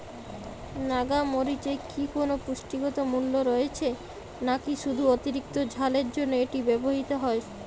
নাগা মরিচে কি কোনো পুষ্টিগত মূল্য রয়েছে নাকি শুধু অতিরিক্ত ঝালের জন্য এটি ব্যবহৃত হয়?